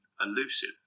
elusive